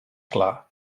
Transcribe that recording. clar